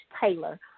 Taylor